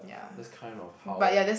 that's kind of how